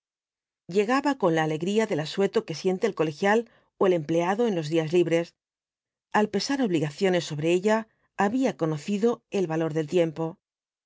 llegaba con la alegría del asueto que siente el colegial ó el empleado en los días libres al pesar obligaciones sobre ella había conocido el valor del tiempo